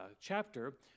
chapter